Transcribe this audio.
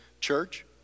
church